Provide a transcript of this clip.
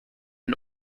and